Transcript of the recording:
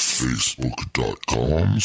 facebook.com